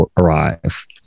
arrive